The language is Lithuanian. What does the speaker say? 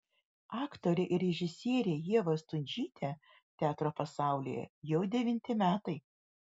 aktorė ir režisierė ieva stundžytė teatro pasaulyje jau devinti metai